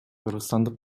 кыргызстандык